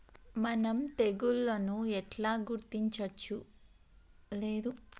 మనం తెగుళ్లను ఎట్లా గుర్తించచ్చు?